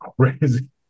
crazy